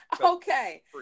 Okay